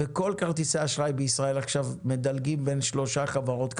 כל כרטיסי האשראי בישראל עכשיו מדלגים בין שלוש חברות.